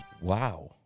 Wow